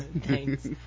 Thanks